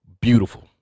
Beautiful